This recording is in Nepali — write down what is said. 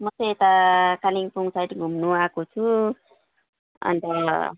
म चाहिँ यता कालिम्पोङ साइड घुम्नुआएको छु अन्त